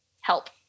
help